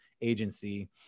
agency